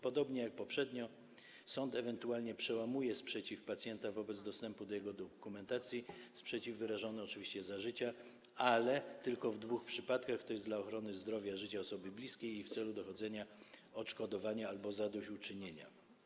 Podobnie jak poprzednio, sąd ewentualnie przełamuje sprzeciw pacjenta wobec dostępu do jego dokumentacji, sprzeciw wyrażony oczywiście za życia, ale tylko w dwóch przypadkach, tj. w celu ochrony zdrowia i życia osoby bliskiej i w celu dochodzenia odszkodowania albo zadośćuczynienia.